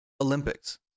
Olympics